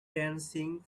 dancing